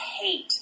hate